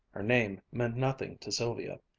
her name meant nothing to sylvia.